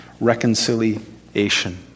reconciliation